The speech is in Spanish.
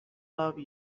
love